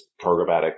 programmatic